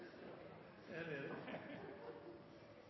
er ved